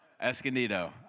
Escondido